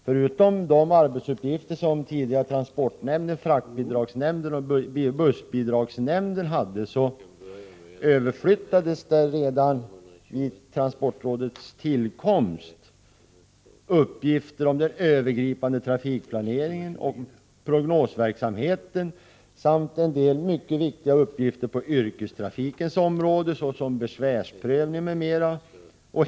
Förutom de arbetsuppgifter som de tre tidigare nämnderna — transportnämnden, fraktbidragsnämnden och bussbidragsnämnden — hade överflyttades till transportrådet redan vid dess tillkomst uppgifter som gällde den övergripande trafikplaneringen och prognosverksamheten samt en del mycket viktiga uppgifter på yrkestrafikens område, såsom besvärsprövning m.m.